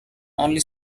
only